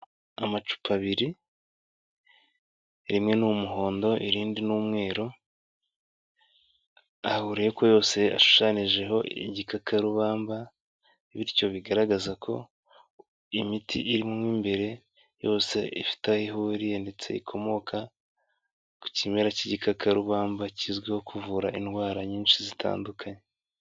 Amacupa abiri rimwe ni umuhondo irindi ni umweru. Ahuriye ko yose ashushanyijeho igikakarubamba. Bityo bigaragaza ko imiti irimo imbere yose ifite aho ihuriye ndetse ikomoka ku kimera cy'igikakarubamba kizwiho kuvura indwara nyinshi zitandukanye.